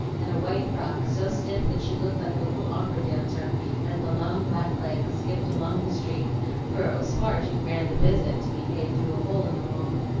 and a white frock so stiff that she looked like a little opera dancer as the long black legs skipped along the street for it was far too grand a visit to be paid through a hole in the wall.